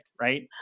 right